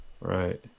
Right